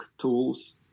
tools